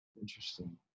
interesting